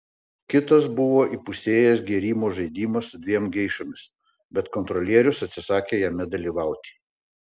kitas buvo įpusėjęs gėrimo žaidimą su dviem geišomis bet kontrolierius atsisakė jame dalyvauti